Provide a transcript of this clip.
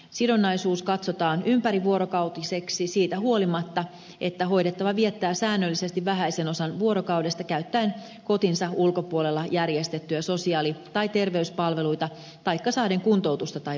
sidonnaisuus katsotaan ympärivuorokautiseksi siitä huolimatta että hoidettava viettää säännöllisesti vähäisen osan vuorokaudesta käyttäen kotinsa ulkopuolella järjestettyjä sosiaali tai terveyspalveluita taikka saaden kuntoutusta tai opetusta